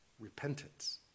repentance